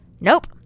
nope